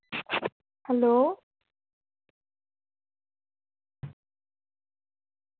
hello